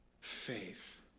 Faith